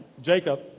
Jacob